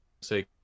say